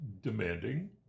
demanding